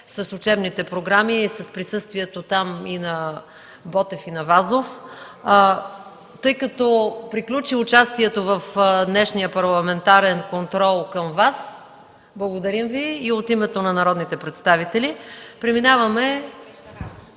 с учебните програми и с присъствието там на Ботев и на Вазов. Тъй като приключи участието в днешния парламентарен контрол към Вас, благодарим Ви от името на народните представители. Преминаваме